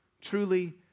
truly